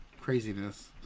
craziness